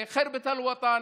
אלה ח'רבת אל-וטן,